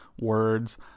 words